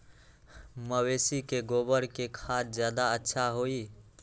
मवेसी के गोबर के खाद ज्यादा अच्छा होई?